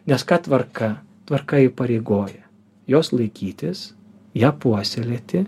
nes ką tvarka tvarka įpareigoja jos laikytis ją puoselėti